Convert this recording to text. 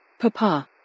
Papa